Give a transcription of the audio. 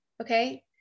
Okay